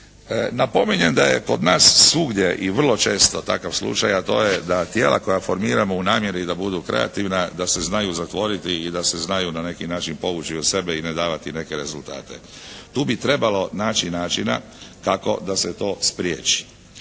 Napominjem da je kod nas svugdje i vrlo često takav slučaj, a to je da tijela koja formiramo u namjeri da budu kreativna da se znaju zatvoriti i da se znaju na neki način povući u sebe i ne davati neke rezultate. Tu bi trebalo naći načina kako da se to spriječi.